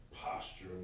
posture